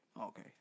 Okay